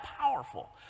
powerful